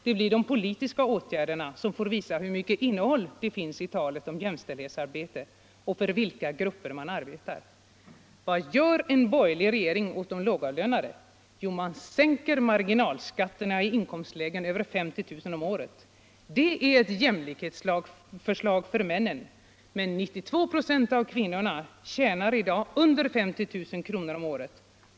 Det blir de politiska åtgärderna som får visa hur mycket innehåll det finns i talet om jämställdhetsarbete och för vilka grupper man arbetar. Vad gör en borgerlig regering åt de lågavlönade? Jo, man sänker marginalskatterna i inkomstlägen över 50 000 kr. om året. Det är ett jämlikhetsförslag för männen. Men 92 26 av kvinnorna tjänar i dag under 50 000 kr. om året.